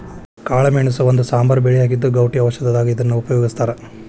ಕಾಳಮೆಣಸ ಒಂದು ಸಾಂಬಾರ ಬೆಳೆಯಾಗಿದ್ದು, ಗೌಟಿ ಔಷಧದಾಗ ಇದನ್ನ ಉಪಯೋಗಸ್ತಾರ